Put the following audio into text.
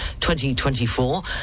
2024